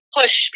push